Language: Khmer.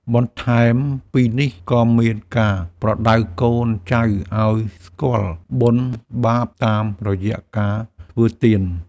បន្ថែមពីនេះក៏មានការប្រដៅកូនចៅឱ្យស្គាល់បុណ្យបាបតាមរយៈការធ្វើទាន។